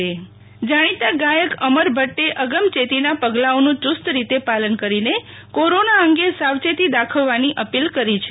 Sheetal Vaishnav corona જાગૃતિ સંદેશ જાણીતા ગાયક અમર ભટ્ટે અગમયેતીના પગલાંઓનું યુસ્ત રીતે પાલન કરીને કોરોના અંગે સાવચેતી દાખવવાની અપીલ કરી છે